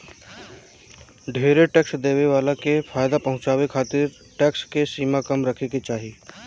ढेरे टैक्स देवे वाला के फायदा पहुचावे खातिर टैक्स के सीमा कम रखे के चाहीं